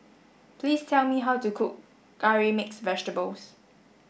please tell me how to cook curry mixed vegetables